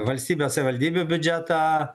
valstybės savivaldybių biudžetą